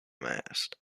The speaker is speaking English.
mast